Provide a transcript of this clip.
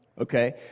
okay